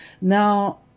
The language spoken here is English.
Now